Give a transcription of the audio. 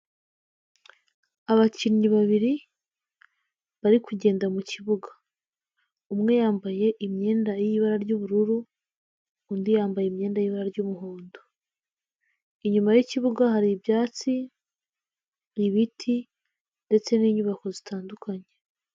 Abakinnyi babiri, bari kugenda mu kibuga, umwe yambaye imyenda y'ibara ry'ubururu, undi yambaye imyenda yera ry'umuhondo, inyuma y'ikibuga hari ibyatsi, ibiti ndetse n'inyubako zitandukanye.